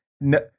No